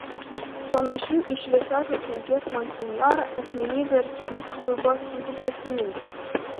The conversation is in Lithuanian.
panašių į šviesios atminties monsinjorą asmenybių arkivyskupui buvo sunku prisiminti